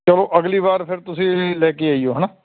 ਚਲੋ ਅਗਲੀ ਵਾਰ ਫਿਰ ਤੁਸੀਂ ਲੈ ਕੇ ਆਇਓ ਹੈ ਨਾ